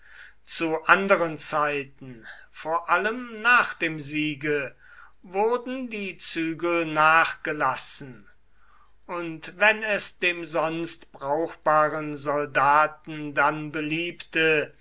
zu anderen zeiten vor allem nach dem siege wurden die zügel nachgelassen und wenn es dem sonst brauchbaren soldaten dann beliebte